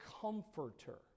Comforter